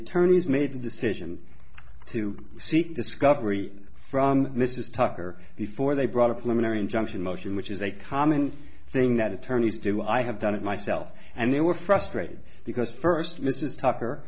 attorneys made a decision to seek discovery from mr tucker before they brought up luminary injunction motion which is a common thing that attorneys do i have done it myself and they were frustrated because first mrs tucker